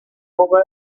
تحقق